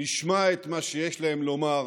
נשמע את מה שיש להם לומר,